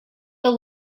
the